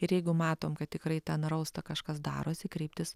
ir jeigu matom kad tikrai ten rausta kažkas darosi kreiptis